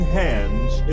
hands